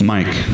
Mike